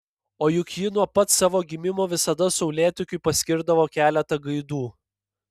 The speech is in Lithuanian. o juk ji nuo pat savo gimimo visada saulėtekiui paskirdavo keletą gaidų